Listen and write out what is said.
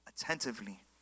attentively